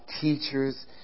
teachers